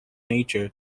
nature